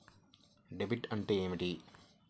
Debit అంటే ఏమిటి?